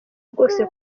rwose